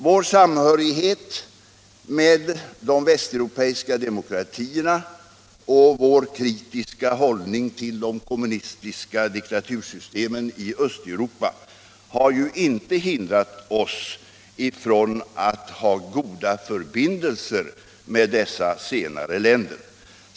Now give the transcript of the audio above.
Vår samhörighet med de västeuropeiska demokratierna och vår kritiska hållning till de kommunistiska diktatursystemen i Östeuropa har inte hindrat oss ifrån att ha goda förbindelser med dessa senare länder.